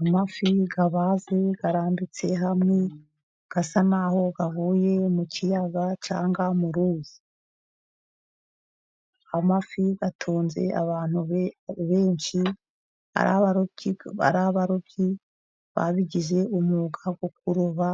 Amafi abaze arambitse hamwe, asa naho avuye mu kiyaga cyangwa mu ruzi. Amafi atunze abantu benshi, ari abarobyi babigize umwuga wo kuroba,